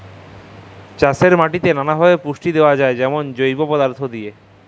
চাষের মাটিতে লালাভাবে পুষ্টি দিঁয়া যায় যেমল জৈব পদাথ্থ দিঁয়ে